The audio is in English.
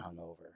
hungover